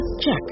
Check